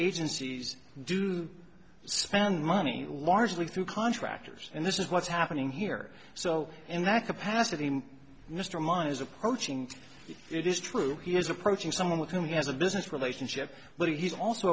agencies do spend money largely through contractors and this is what's happening here so in that capacity mr mine is approaching it is true he is approaching someone with whom he has a business relationship but he's also